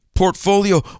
portfolio